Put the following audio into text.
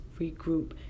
regroup